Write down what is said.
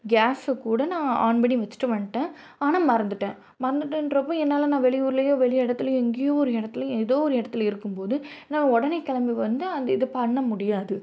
கேஸைக்கூட நான் ஆன் பண்ணி வச்சிட்டு வந்துட்டேன் ஆனால் மறந்துவிட்டேன் மறந்துவிட்டேன்றப்போ என்னால் நான் வெளியூர்லையோ வெளி இடத்துலையோ எங்கேயோ ஒரு இடத்துல ஏதோ ஒரு இடத்துல இருக்கும் போது என்னால் உடனே கிளம்பி வந்து அந்த இதை பண்ண முடியாது